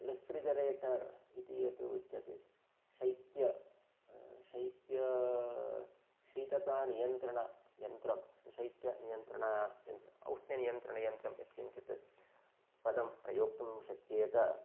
refrigerator इति यत् उच्यते शैत्यं शैत्यं शीततानियन्त्रणयन्त्रं शैत्यनियन्त्रण औष्ण्यनियन्त्रणयन्त्रं यत्किञ्चित् पदं प्रयोक्तुं शक्येत